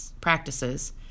practices